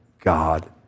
God